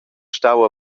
stau